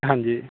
ਹਾਂਜੀ